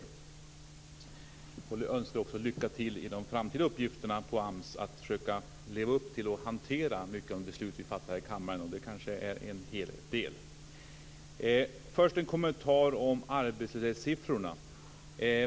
Jag vill också önska dig lycka till i de framtida uppgifterna på AMS, när du ska försöka leva upp till och hantera många av de beslut vi fattar här i kammaren - det kanske är en hel del. Först har jag en kommentar om arbetslöshetssiffrorna.